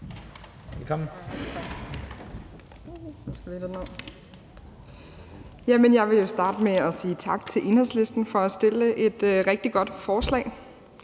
Jeg vil jo starte med at sige tak til Enhedslisten for at fremsætte et rigtig godt forslag.